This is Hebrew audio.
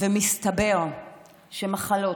ומסתבר שמחלות